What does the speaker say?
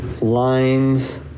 lines